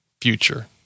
future